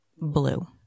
blue